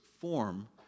form